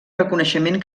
reconeixement